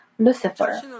Lucifer